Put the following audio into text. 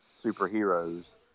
superheroes